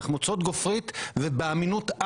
תחמוצות גופרית ובאמינות-על.